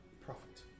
profit